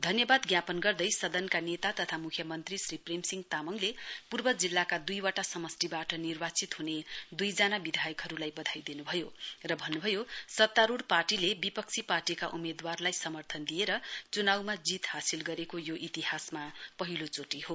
धन्यवाद ज्ञापन गर्दै सदनका नेता तथा मुख्यमन्त्री श्री प्रेम सिंह तामाङल पूर्व जिल्लाका दुइजना समष्टिबाट निर्वाचित हुने दुइजना विधायकहरूलाई बधाई दिनु भयो र भन्नु भयो सत्तारूढ पार्टीले विपक्षी पार्टीका उम्मेदवारलाई समर्थन दिएर चुनाउमा जीत हासिल गरेको यो इतिहासमा पहिलो चोटी हो